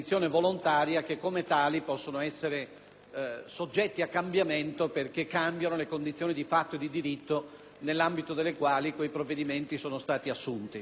soggetti a cambiamento perché cambiano le condizioni di fatto e di diritto nell'ambito delle quali quei provvedimenti sono stati assunti.